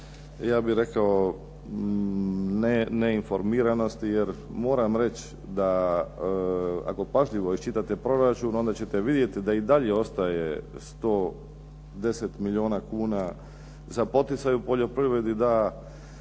ja bih rekao neinformiranosti, jer moram reći da ako pažljivo iščitate proračun, onda ćete vidjeti da i dalje ostaje 110 milijuna kuna za poticaj u poljoprivredi, da